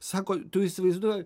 sako tu įsivaizduoji